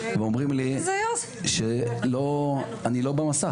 ואומרים לי שאני לא במסך,